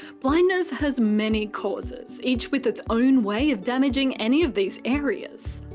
blindness has many causes, each with it's own way of damaging any of these areas.